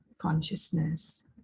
consciousness